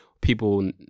people